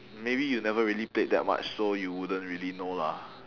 maybe you never really played that much so you wouldn't really know lah